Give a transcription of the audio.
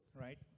right